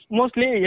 Mostly